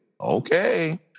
Okay